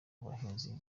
n’abahinzi